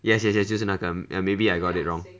yes yes yes 就是那个 maybe I got it wrong